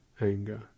anger